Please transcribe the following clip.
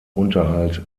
unterhalt